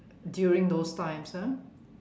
during those times ya